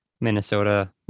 Minnesota